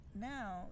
now